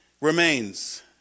remains